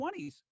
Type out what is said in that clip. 20s